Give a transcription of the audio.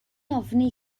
ofni